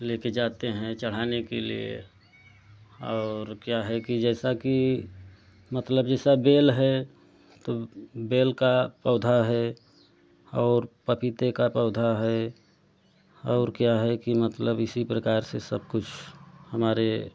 लेकर जाते हैं चढ़ाने के लिए और क्या है कि जैसा कि मतलब जैसा बेल है तो बेल का पौधा है और पपीते का पौधा है और क्या है कि मतलब इसी प्रकार से सब कुछ हमारे